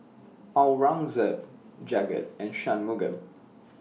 Aurangzeb Jagat and Shunmugam